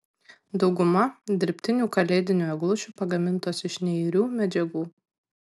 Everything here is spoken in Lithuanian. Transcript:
dauguma dirbtinių kalėdinių eglučių pagamintos iš neirių medžiagų